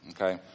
Okay